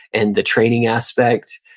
and the training aspect,